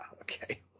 okay